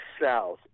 South